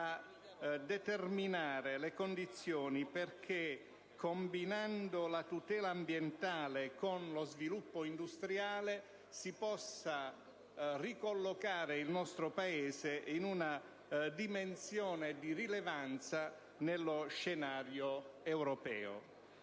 determinare le condizioni perché, combinando la tutela ambientale con lo sviluppo industriale, si possa ricollocare il nostro Paese in una posizione rilevante nello scenario europeo.